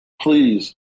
please